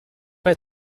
pas